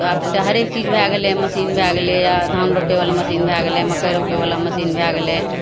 तऽ आब हरेक चीज भए गेलै मशीन भए गेलै धान रोपै बला मशीन भए गेलै मकइ रोपै बला मशीन भए गेलै